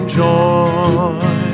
joy